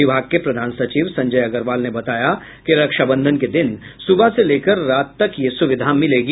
विभाग के प्रधान सचिव संजय अग्रवाल ने बताया कि रक्षाबंधन के दिन सुबह से लेकर रात तक यह सुविधा मिलेगी